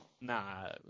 Nah